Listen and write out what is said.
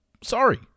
Sorry